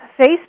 Facebook